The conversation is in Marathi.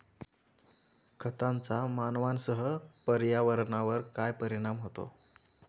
खतांचा मानवांसह पर्यावरणावर काय परिणाम होतो?